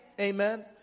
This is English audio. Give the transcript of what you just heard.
Amen